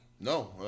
No